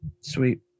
Sweet